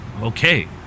Okay